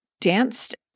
danced